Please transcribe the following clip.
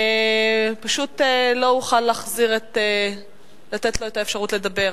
פשוט לא אוכל לתת לו את האפשרות לדבר.